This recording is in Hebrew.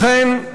לכן,